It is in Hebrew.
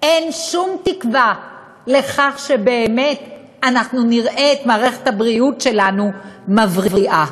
אין שום תקווה שבאמת אנחנו נראה את מערכת הבריאות שלנו מבריאה.